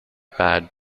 bad